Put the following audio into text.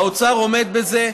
האוצר עומד בזה,